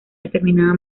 determinada